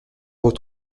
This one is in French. vos